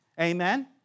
Amen